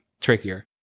trickier